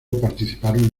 participaron